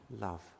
love